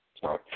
sorry